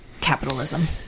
Capitalism